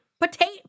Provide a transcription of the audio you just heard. Potato